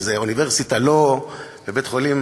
אוניברסיטה לא ובית-חולים